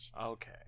Okay